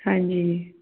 ਹਾਂਜੀ ਜੀ